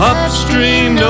Upstream